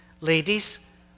Ladies